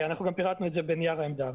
אנחנו גם פירטנו את זה בנייר העמדה.